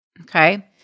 okay